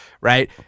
right